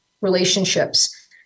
relationships